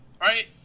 Right